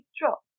drop